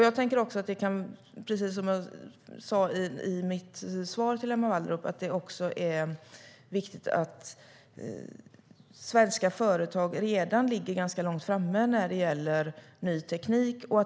Jag tänker också, precis som jag sa i mitt svar, att det är viktigt att svenska företag redan ligger ganska långt framme när det gäller ny teknik.